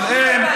אבל הם,